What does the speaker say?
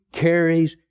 carries